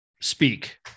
speak